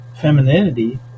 femininity